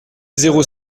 zéro